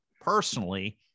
personally